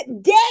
day